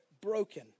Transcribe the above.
broken